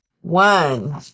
One